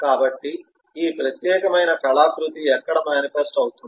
కాబట్టి ఈ ప్రత్యేకమైన కళాకృతి ఎక్కడ మానిఫెస్ట్ అవుతుంది